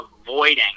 avoiding